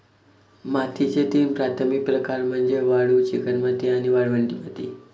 मातीचे तीन प्राथमिक प्रकार म्हणजे वाळू, चिकणमाती आणि वाळवंटी माती